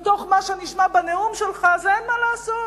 מתוך מה שנשמע בנאום שלך, אין מה לעשות.